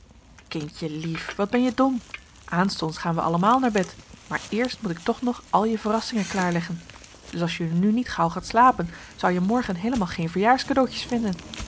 kindjelief wat ben je dom aanstonds gaan we allemaal naar bed maar eerst moet ik toch nog al je verrassingen klaar leggen dus als je nu niet gauw gaat slapen zou je morgen heelemaal geen verjaarscadeautjes vinden